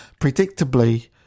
predictably